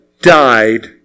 died